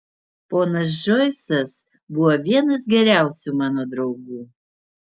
ponas džoisas buvo vienas geriausių mano draugų